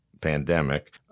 pandemic